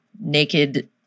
naked